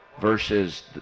versus